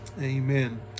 Amen